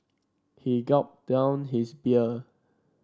he gulped down his beer